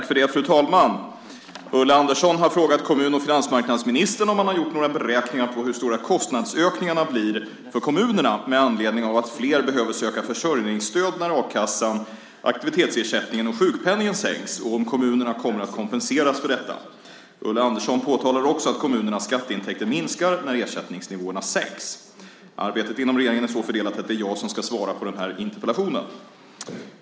Fru talman! Ulla Andersson har frågat kommun och finansmarknadsministern om han har gjort några beräkningar på hur stora kostnadsökningarna blir för kommunerna med anledning av att flera behöver söka försörjningsstöd när a-kassan, aktivitetsersättningen och sjukpenningen sänks och om kommunerna kommer att kompenseras för detta. Ulla Andersson påtalar också att kommunens skatteintäkter minskar när ersättningsnivåerna sänks. Arbetet inom regeringen är så fördelat att det är jag som ska svara på interpellationen.